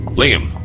liam